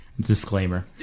disclaimer